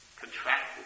Contracted